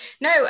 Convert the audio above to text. no